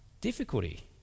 difficulty